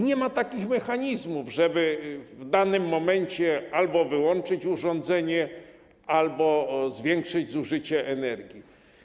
Nie ma takich mechanizmów, żeby w danym momencie albo wyłączyć urządzenie, albo zwiększyć zużycie energii.